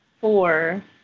four